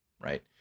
Right